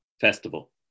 festival